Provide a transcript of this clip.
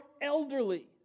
elderly